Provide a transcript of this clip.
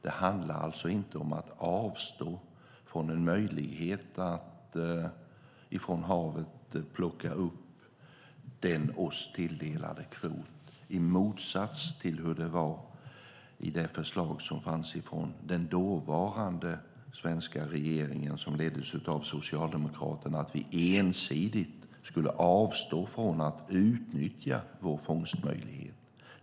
Det handlar alltså inte om att avstå från möjligheten att från havet plocka upp den oss tilldelade kvoten - i motsats till hur det var i det förslag som lades fram av den dåvarande svenska regeringen, som leddes av Socialdemokraterna, där vi ensidigt skulle avstå från att utnyttja vår fångstmöjlighet.